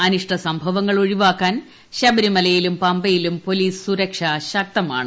അനിഷ്ട സംഭവങ്ങൾ ഒഴിവാക്കാൻ ശബരിമലയിലും പമ്പയിലും പൊലീസ് സുരക്ഷ ശക്തമാണ്